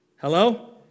Hello